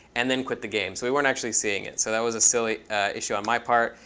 and then quit the game. so we weren't actually seeing it. so that was a silly issue on my part.